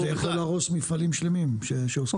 זה יכול להרוס מפעלים שלמים שעוסקים בזה.